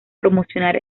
promocionar